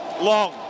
long